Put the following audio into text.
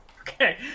Okay